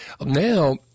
now